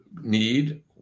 need